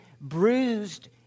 bruised